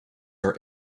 are